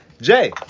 Jay